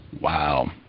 wow